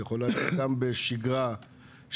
יכולה להיות גם בשגרה שמשתנה,